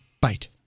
bite